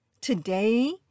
Today